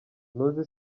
ntuzi